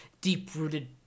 deep-rooted